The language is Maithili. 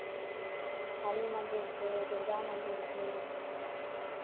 काली मन्दिर छै दुर्गा मन्दिर छै